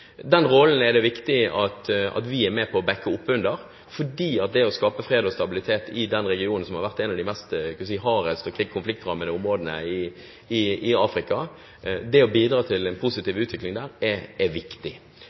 Den rollen er det viktig at vi er med på å bakke opp under, fordi det å skape fred og stabilitet i den regionen, som har vært en av de hardest og mest konfliktrammede områdene i Afrika, og bidra til en positiv utvikling der, er viktig.